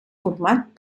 format